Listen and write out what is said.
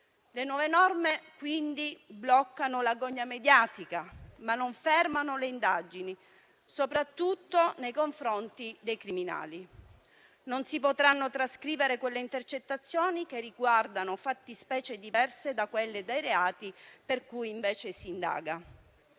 Le nuove norme bloccano la gogna mediatica, ma non fermano le indagini, soprattutto nei confronti dei criminali. Non si potranno trascrivere quelle intercettazioni che riguardano fattispecie diverse da quelle dei reati per cui invece si indaga.